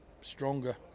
stronger